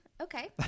Okay